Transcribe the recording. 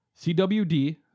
CWD